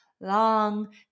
long